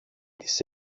τις